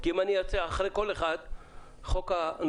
אני ואתה יחד הגשנו בכנסת הקודמת את הצעת החוק בעצם,